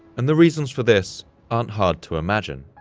and the reasons for this aren't hard to imagine.